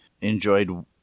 enjoyed